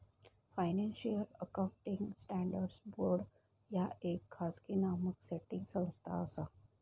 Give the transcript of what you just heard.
financial accounting standards board ह्या येक खाजगी मानक सेटिंग संस्था असा